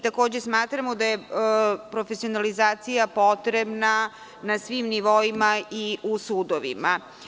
Takođe, smatramo da je profesionalizacija potrebna na svim nivoima i u sudovima.